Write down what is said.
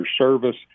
service